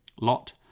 lot